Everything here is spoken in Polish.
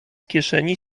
kieszeni